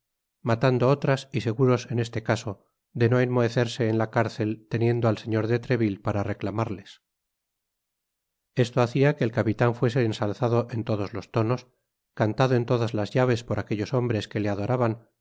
matando otras y seguros en este caso de no enmohecerse en la cárcel teniendo al señor de treville para reclamarles esto hacia que el capitan fuese ensalzado en todos los tonos cantado en todas las llaves por aquellos hombres que le adoraban